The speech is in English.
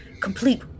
complete